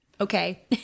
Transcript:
okay